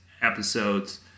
episodes